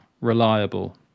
reliable